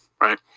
right